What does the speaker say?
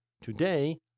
today